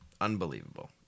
Unbelievable